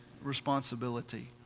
responsibility